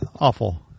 awful